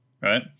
right